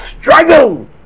Struggle